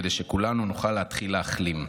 כדי שכולנו נוכל להתחיל להחלים".